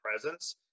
presence